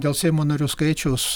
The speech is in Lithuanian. dėl seimo narių skaičiaus